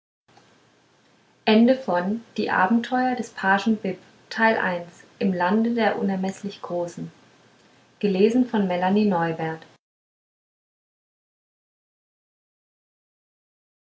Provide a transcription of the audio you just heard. ich war im lande der unermeßlich großen